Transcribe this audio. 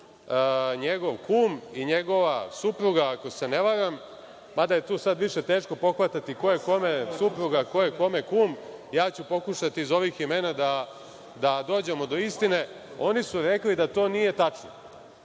njegov kum i njegova supruga, ako se ne varam, mada je tu sad više teško pohvatati ko je kome supruga, ko je kome kum, ja ću pokušati iz ovih imena da dođemo do istine, oni su rekli da to nije tačno. Evo,